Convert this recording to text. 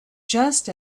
just